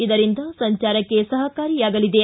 ಇದರಿಂದ ಸಂಚಾರಕ್ಕೆ ಸಹಕಾರಿಯಾಗಲಿದೆ